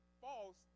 false